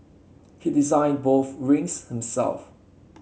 he designed both rings himself